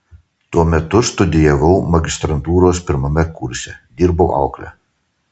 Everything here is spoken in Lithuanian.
tuo metu studijavau magistrantūros pirmame kurse dirbau aukle